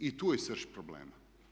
I tu je srž problema.